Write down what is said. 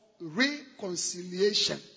reconciliation